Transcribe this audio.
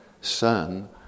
Son